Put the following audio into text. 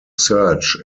search